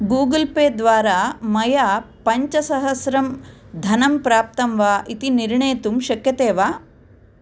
Google Pay द्वारा मया पञ्चसहस्रं धनं प्राप्तं वा इति निर्णेतुं शक्यते वा